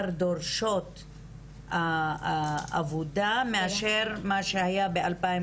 דורשות העבודה מאשר מה שהיה ב-2019.